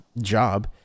job